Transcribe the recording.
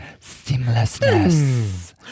Seamlessness